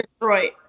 Detroit